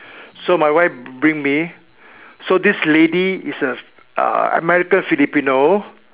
so my wife bring me so this lady is a uh American Filipino